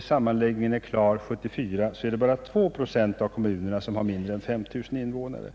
sammanläggningarna är klara 1974, är det bara 2 procent av kommunerna som har mindre än 5 000 invånare.